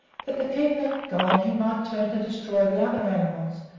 but, the keeper gone, he might turn to destroying the other animals,